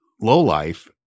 lowlife